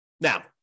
Now